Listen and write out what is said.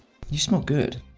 you smell good